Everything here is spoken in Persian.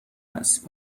است